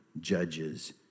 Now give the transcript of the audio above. judges